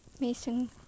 Mason